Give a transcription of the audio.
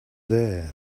there